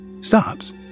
Stops